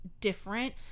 different